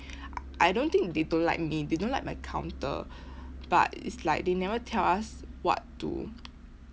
I don't think they don't like me they don't like my counter but it's like they never tell us what to